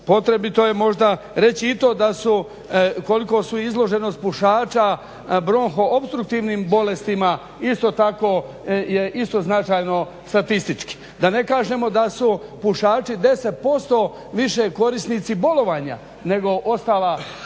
Potrebito je da su koliko su izloženost pušača bronha opstruktivnim bolestima isto tako je značajno statistički, da ne kažemo da su pušači 10% više korisnici bolovanja nego ostala